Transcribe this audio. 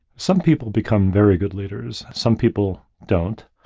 some people become very good leaders, some people don't,